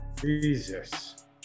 Jesus